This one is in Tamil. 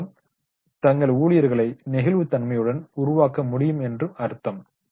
அதன்மூலம் தங்கள் ஊழியர்களை நெகிழ்வுத் தன்மையுடன் உருவாக்க முடியும் என்று அர்த்தம்